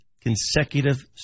consecutive